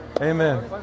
Amen